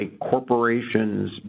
corporation's